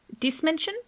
dismention